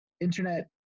internet